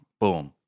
boom